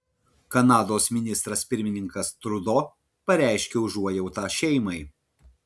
kanados ministras pirmininkas trudo pareiškė užuojautą šeimai